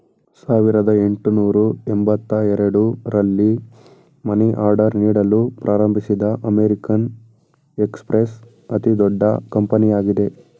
ಸಾವಿರದ ಎಂಟುನೂರು ಎಂಬತ್ತ ಎರಡು ರಲ್ಲಿ ಮನಿ ಆರ್ಡರ್ ನೀಡಲು ಪ್ರಾರಂಭಿಸಿದ ಅಮೇರಿಕನ್ ಎಕ್ಸ್ಪ್ರೆಸ್ ಅತಿದೊಡ್ಡ ಕಂಪನಿಯಾಗಿದೆ